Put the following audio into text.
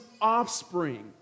offspring